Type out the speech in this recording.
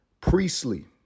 Priestley